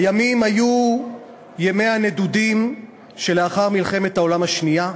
הימים היו ימי הנדודים שלאחר מלחמת העולם השנייה,